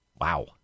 Wow